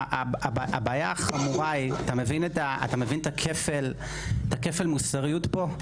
הבעיה החמורה היא, אתה מבין את כפל המוסריות פה?